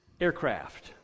aircraft